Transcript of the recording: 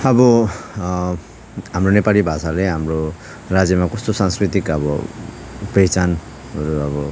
अब हाम्रो नेपाली भाषाले हाम्रो राज्यमा कस्तो सांस्कृतिक अब पहिचान र अब